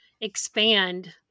expand